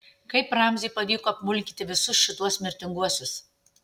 kaip ramziui pavyko apmulkinti visus šituos mirtinguosius